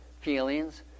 feelings